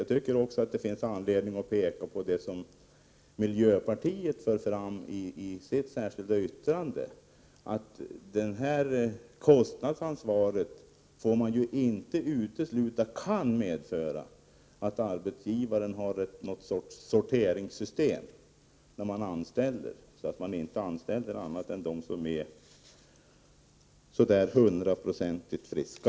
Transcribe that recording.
Jag tycker också att det finns anledning att peka på det som miljöpartiet för fram i sitt särskilda yttrande, att man inte får utesluta att kostnadsansvaret kan medföra att arbetsgivaren skaffar ett sorteringssystem, så att han inte anställer andra än dem som är hundraprocentigt friska.